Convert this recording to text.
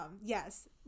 yes